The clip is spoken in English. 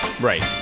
Right